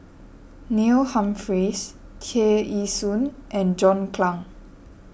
Neil Humphreys Tear Ee Soon and John Clang